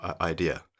idea